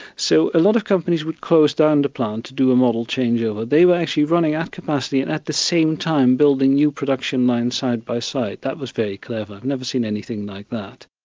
so a lot of companies would close down the plant to do a model changeover. they were actually running at capacity and at the same time building new production line side by side. that was very clever. i've never seen anything like that.